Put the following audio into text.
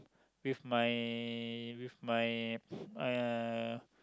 with my with my uh